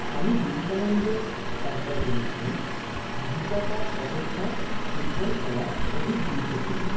স্বামী বিবেকানন্দ একবার বলেছিলেন গীতা পাঠ অপেক্ষা ফুটবল খেলা অধিক গুরুত্বপূর্ণ